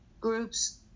groups